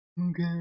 Okay